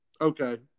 okay